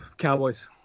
Cowboys